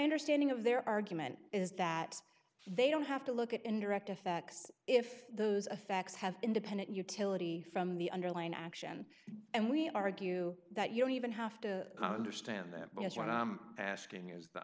understanding of their argument is that they don't have to look at indirect effects if those effects have independent utility from the underlying action and we argue that you don't even have to understand that because what i'm asking is th